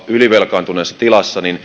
ylivelkaantuneessa tilassa